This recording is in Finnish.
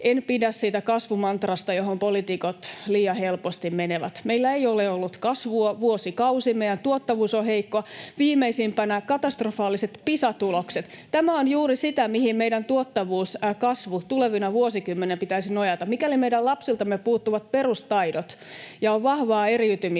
en pidä siitä kasvumantrasta, johon poliitikot liian helposti menevät. Meillä ei ole ollut kasvua vuosikausia, meidän tuottavuus on heikko, viimeisimpänä katastrofaaliset Pisa-tulokset. Tämä on juuri sitä, mihin meidän tuottavuuden, kasvun tulevina vuosikymmeninä pitäisi nojata. Mikäli meidän lapsiltamme puuttuvat perustaidot ja on vahvaa eriytymistä